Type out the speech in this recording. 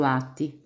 atti